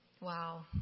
Wow